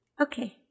Okay